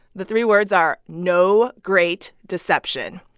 the three words are, no great deception.